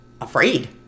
afraid